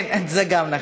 כן, גם זה נכון.